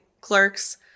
clerks